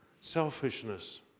selfishness